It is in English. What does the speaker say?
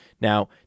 Now